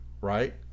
right